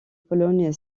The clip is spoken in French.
pologne